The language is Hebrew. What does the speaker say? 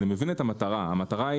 אני מבין שהמטרה היא